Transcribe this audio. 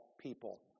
people